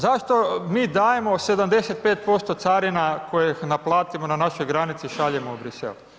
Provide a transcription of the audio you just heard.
Zašto mi dajemo 75% carina kojih naplatimo na našoj granici i šaljemo u Bruxelles?